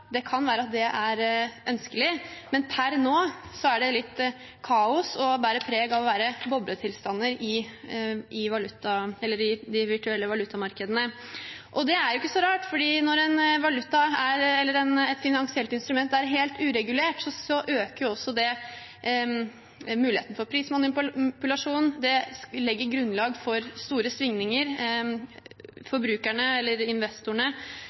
Det kan være at det er ønskelig, men per nå er det litt kaos og bærer preg av å være bobletilstander i de virtuelle valutamarkedene. Det er ikke så rart, for når en valuta eller et finansielt instrument er helt uregulert, øker også det muligheten for prismanipulasjon. Det legger grunnlag for store svingninger. Forbrukerne, eller investorene,